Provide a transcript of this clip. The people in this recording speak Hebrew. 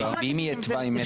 ואם יהיה תוואי מטרו חדש?